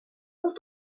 ont